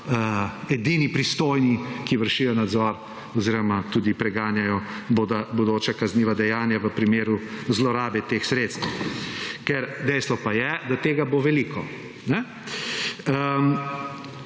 edini pristojni, ki vršijo nadzor oziroma tudi preganjajo bodoča kazniva dejanja v primeru zlorabe teh sredstev. Ker dejstvo pa je, da tega bo veliko.